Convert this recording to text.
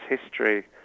history